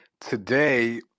today